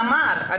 תמר,